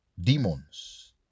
demons